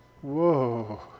Whoa